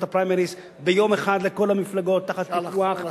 הפריימריז ביום אחד לכל המפלגות תחת פיקוח.